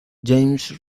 james